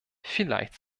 vielleicht